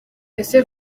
ese